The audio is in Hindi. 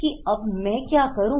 कि अब मैं क्या करूं